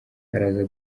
araza